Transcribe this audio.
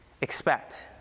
expect